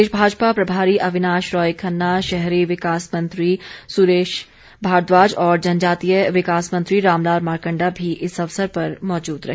प्रदेश भाजपा प्रभारी अविनाश राय खन्ना शहरी विकास मंत्री सुरेश भारद्वाज और जनजातीय विकास मंत्री रामलाल मारकंडा भी इस अवसर पर मौजूद रहे